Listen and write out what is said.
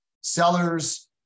sellers